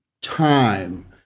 time